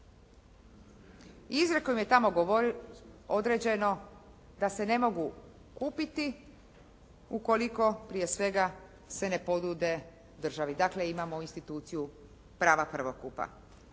Izrijekom je tako određeno da se ne mogu kupiti ukoliko prije svega se ne ponude državi, dakle imamo instituciju prava prvokupa.